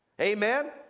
Amen